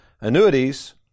annuities